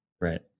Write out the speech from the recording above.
Right